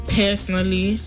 personally